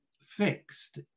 fixed